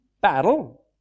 battle